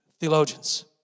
theologians